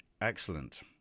excellent